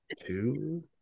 two